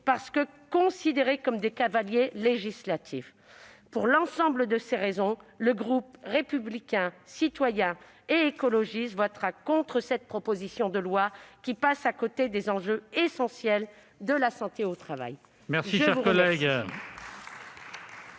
ont été considérés comme des cavaliers législatifs. Pour l'ensemble de ces raisons, le groupe communiste républicain citoyen et écologiste votera contre cette proposition de loi, qui passe à côté des enjeux essentiels de la santé au travail